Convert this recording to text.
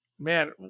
Man